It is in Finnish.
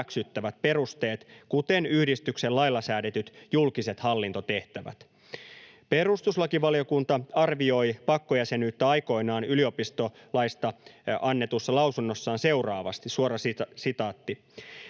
hyväksyttävät perusteet, kuten yhdistyksen lailla säädetyt julkiset hallintotehtävät. Perustuslakivaliokunta arvioi pakkojäsenyyttä aikoinaan yliopistolaista annetussa lausunnossaan seuraavasti: ”Tavallisen